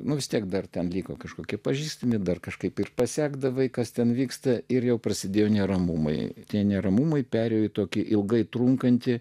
nu vis tiek dar ten liko kažkokie pažįstami dar kažkaip ir pasekdavo kas ten vyksta ir jau prasidėjo neramumai tie neramumai perėjo į tokį ilgai trunkantį